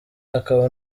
akaba